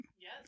Yes